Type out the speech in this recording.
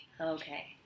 Okay